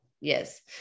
yes